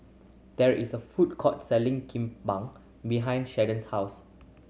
there is a food court selling Kimbap behind Sheldon's house